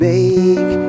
Make